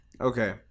Okay